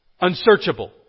Unsearchable